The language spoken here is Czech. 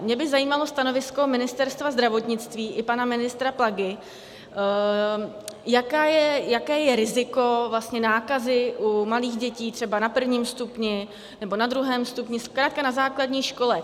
Mě by zajímalo stanovisko Ministerstva zdravotnictví i pana ministra Plagy, jaké je riziko vlastně nákazy u malých dětí, třeba na prvním stupni nebo na druhém stupni, zkrátka na základní škole.